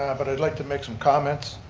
ah but i'd like to make some comments.